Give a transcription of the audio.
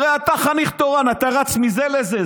הרי אתה חניך תורן, אתה רץ מזה לזה.